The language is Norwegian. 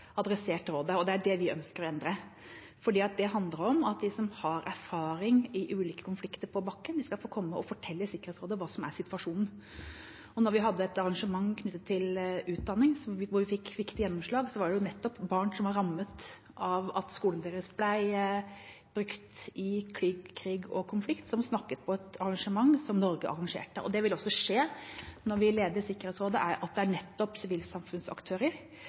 erfaring fra ulike konflikter på bakken, skal få komme og fortelle Sikkerhetsrådet hva som er situasjonen. Da vi hadde et arrangement knyttet til utdanning, hvor vi fikk viktige gjennomslag, var det nettopp barn som var rammet av at skolen deres ble brukt i krig og konflikt, som snakket på et arrangement Norge arrangerte. Det vil også skje når vi leder Sikkerhetsrådet. Det er nettopp sivilsamfunnsaktører vi vil invitere. Det vi ser mange steder, er